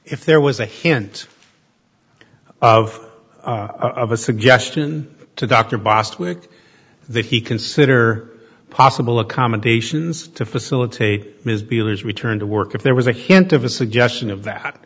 if there was a hint of a suggestion to dr bostwick that he consider possible accommodations to facilitate his return to work if there was a hint of a suggestion of that